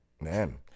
man